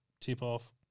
tip-off